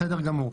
בסדר גמור.